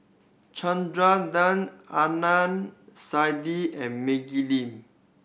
Chandra Da Adnan Saidi and Maggie Lim